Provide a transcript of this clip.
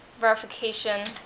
verification